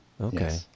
Okay